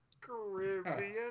Caribbean